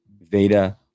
Veda